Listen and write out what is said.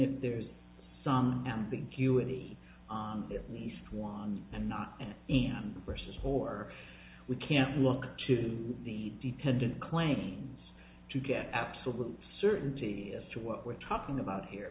if there's some ambiguity in east one and not one person or we can look to the dependent claims to get absolute certainty as to what we're talking about here